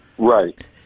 Right